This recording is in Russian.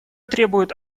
требует